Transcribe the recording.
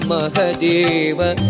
Mahadeva